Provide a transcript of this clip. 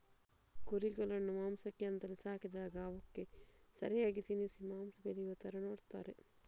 ಕುರಿಗಳನ್ನ ಮಾಂಸಕ್ಕೆ ಅಂತಲೇ ಸಾಕಿದಾಗ ಅವಕ್ಕೆ ಸರಿಯಾಗಿ ತಿನ್ನಿಸಿ ಮಾಂಸ ಬೆಳೆಯುವ ತರ ನೋಡ್ತಾರೆ